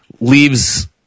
leaves